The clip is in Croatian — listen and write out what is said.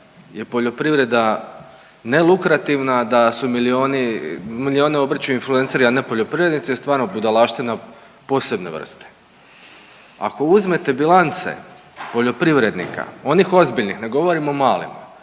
je poljoprivreda nelukrativna, da su milijuni obrću influenceri, a ne poljoprivrednici je stvarno budalaština posebne vrste. Ako uzmete bilance poljoprivrednika onih ozbiljnih, ne govorim o malim,